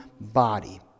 body